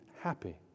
happy